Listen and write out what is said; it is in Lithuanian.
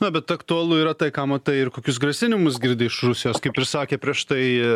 na bet aktualu yra tai ką matai ir kokius grasinimus girdi iš rusijos kaip ir sakė prieš tai